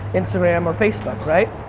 instagram or facebook, right?